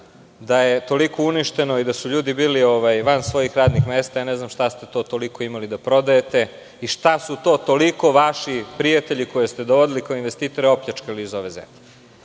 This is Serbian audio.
da je toliko uništeno i da su ljudi bili van svojih radnih mesta, ne znam šta ste to toliko imali da prodajete i šta su to toliko vaši prijatelji koje ste doveli kao investitore opljačkali iz ove zemlje?